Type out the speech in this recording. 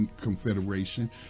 Confederation